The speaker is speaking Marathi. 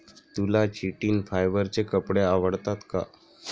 तुला चिटिन फायबरचे कपडे आवडतात का?